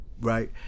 right